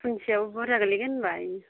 फुनसेयाव बुरजा गोलैगोन होनबा